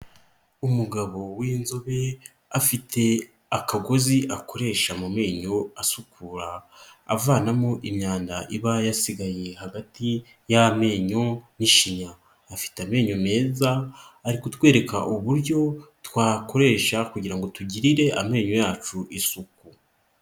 Umugabo w'inzobe, afite akagozi akoresha mu menyo asukura avanamo imyanda iba yasigaye hagati y'amenyo, n'ishinya. Afite amenyo meza, ari kutwereka uburyo twakoresha kugira ngo tugirire amenyo yacu isuku.